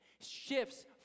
shifts